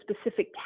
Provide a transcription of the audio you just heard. specific